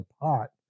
apart